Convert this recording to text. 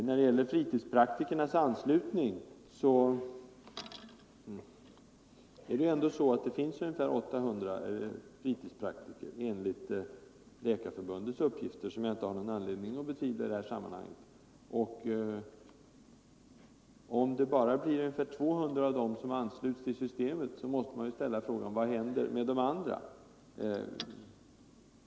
När det gäller fritidspraktikernas anslutning vill jag säga att det enligt Läkarförbundets uppgifter, som jag inte har någon anledning att betvivla i detta sammanhang, finns ungefär 800 fritidspraktiker. Om bara 200 av dem ansluter sig till systemet måste man fråga sig: Vad händer med de andra?